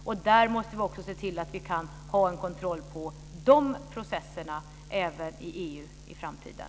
Vi måste också se till att vi kan ha en kontroll av de processerna även i EU i framtiden.